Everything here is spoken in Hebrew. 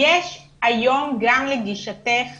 יש היום גם לגישתך